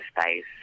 space